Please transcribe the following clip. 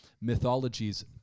mythologies